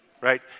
right